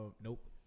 Nope